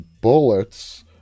bullets